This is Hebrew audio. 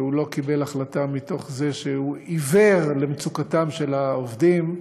והוא לא קיבל החלטה מתוך זה שהוא עיוור למצוקתם של העובדים.